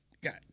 Got